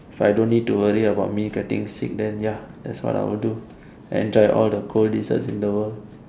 if I don't need to worry about me getting sick that ya I'd have all the cold desserts in the world